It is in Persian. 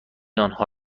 آنها